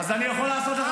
דיברת על השר,